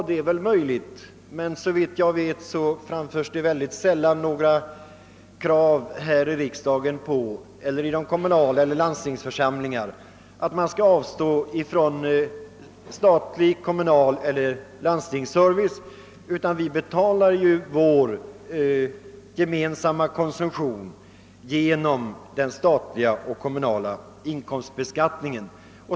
Det är väl möjligt, men såvitt jag vet framförs det mycket sällan några krav här i riksdagen eller i de kommunala församlingarna eller i landstingsförsamlingarna på att man skall avstå från statlig, kommunal eller landstingsservice, utan vi betalar vår gemensamma konsumtion genom den statliga och kommunala inkomstbeskattningen.